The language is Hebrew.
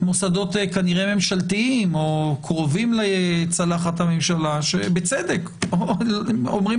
מוסדות ממשלתיים או קרובים לצלחת הממשלה שבצדק אומרים